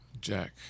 Jack